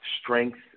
strength